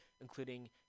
including